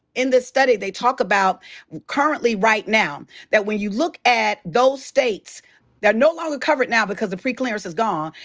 in the study they talk about currently right now, that when you look at those states that are no longer covered now. because the pre-clearance is gone.